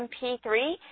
MP3